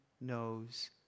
knows